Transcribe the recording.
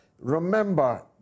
remember